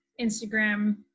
instagram